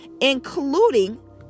including